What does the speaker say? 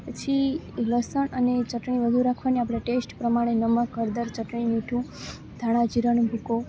પછી લસણ અને ચટણી વધું રાખવાની આપણે ટેશ્ટ પ્રમાણે નમક હળદર ચટણી મીઠું ધાણા જીરાનો ભૂકો